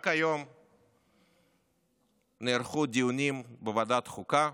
רק היום נערכו דיונים בוועדת חוקה,